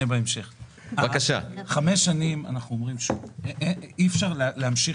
--- 5 שנים אנחנו אומרים אי אפשר להמשיך